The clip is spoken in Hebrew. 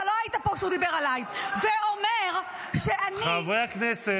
אתה לא היית פה כשהוא דיבר עלי ואומר שאני --- חברי הכנסת,